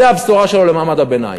זו הבשורה שלו למעמד הביניים,